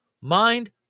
mind